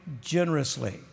generously